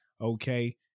Okay